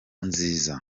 nziza